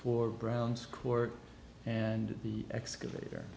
for brown's court and the excavator